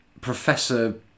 Professor